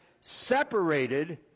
separated